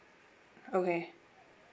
okay